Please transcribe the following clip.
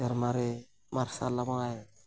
ᱥᱮᱨᱢᱟ ᱨᱮ ᱢᱟᱨᱥᱟᱞ ᱟᱢᱟᱭ